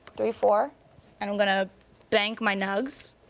three, four and i'm gonna bank my nugs.